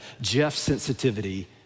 Jeff-sensitivity